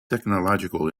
technological